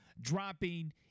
dropping